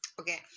Okay